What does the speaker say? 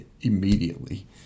immediately